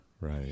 right